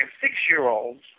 six-year-olds